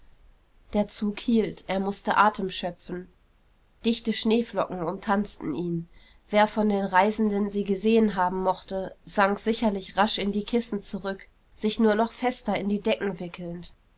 der zug hielt er mußte atem schöpfen dichte schneeflocken umtanzten ihn wer von den reisenden sie gesehen haben mochte sank sicherlich rasch in die kissen zurück sich nur noch fester in die decken wickelnd